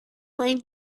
playing